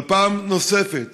אבל פעם נוספת